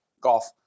Golf